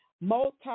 multi-